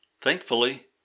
Thankfully